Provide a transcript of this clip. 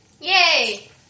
Yay